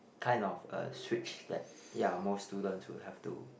kind of a switch that ya most students would have to